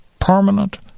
permanent